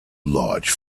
large